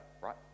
right